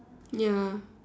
ya